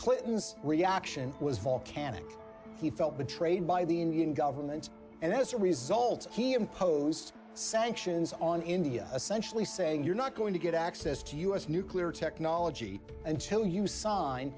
clinton's reaction was volcanic he felt betrayed by the indian government and then as a result he imposed sanctions on india essentially saying you're not going to get access to u s nuclear technology until you sign